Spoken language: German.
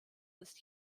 ist